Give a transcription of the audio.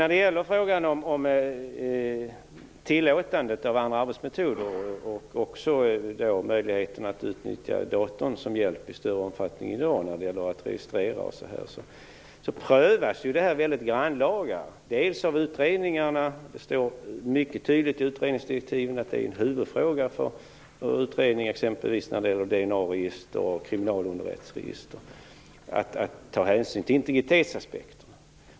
När det gäller att tillåta andra arbetsmetoder samt möjligheterna att i större omfattning än som i dag är fallet ta datorn till hjälp vid registrering exempelvis så sker det en grannlaga prövning bl.a. av utredningarna. I utredningsdirektiven står det mycket tydligt att en huvudfråga för utredningen exempelvis när det gäller DNA-register respektive kriminalunderrättelseregister är att ta hänsyn till integritetsaspekterna.